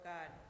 God